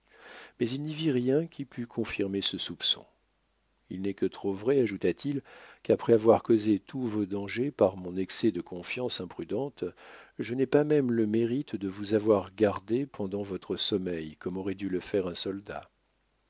mais il n'y vit rien qui pût confirmer ce soupçon il n'est que trop vrai ajouta-til qu'après avoir causé tous vos dangers par mon excès de confiance imprudente je n'ai pas même le mérite de vous avoir gardées pendant votre sommeil comme aurait dû le faire un soldat